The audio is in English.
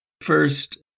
First